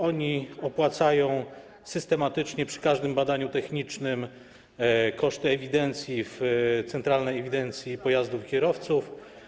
Oni opłacają systematycznie, przy każdym badaniu technicznym, koszty ewidencji w Centralnej Ewidencji Pojazdów i Kierowców.